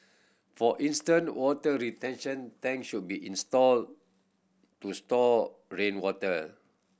for instant water retention tanks should be installed to store rainwater